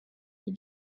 you